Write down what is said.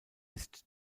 ist